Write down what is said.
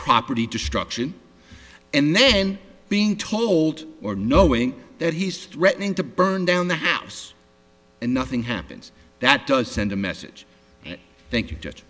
property destruction and then being told or knowing that he's threatening to burn down the house and nothing happens that does send a message thank you just